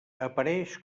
apareix